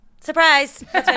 Surprise